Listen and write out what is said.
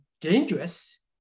dangerous